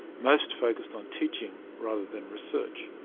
most focused on teaching rather than research.